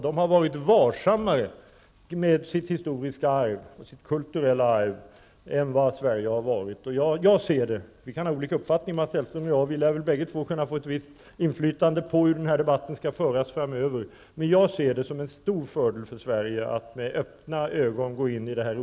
De andra har varit varsammare med sitt historiska och kulturella arv än vad Sverige har varit. Mats Hellström och jag kan ha olika uppfattningar, men bägge två lär kunna få ett visst inflytande på hur debatten skall föras framöver. Jag betraktar det emellertid som en stor fördel för Sverige om vi med öppna ögon går in i det här